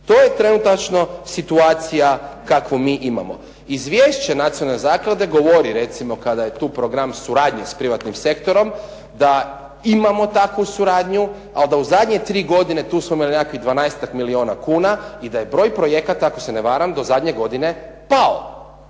To je trenutačno situacija kakvu mi imamo. Izvješće Nacionalne zaklade govori recimo kada je tu program suradnje s privatnim sektorom da imamo takvu suradnju ali da u zadnje 3 godine tu smo imali nekakvih 12-ak milijuna kuna i da je broj projekata ako se ne varam do zadnje godine pao.